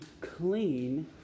clean